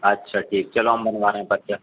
اچھا ٹھیک ہے چلو ہم منگوا رہے ہیں پرچہ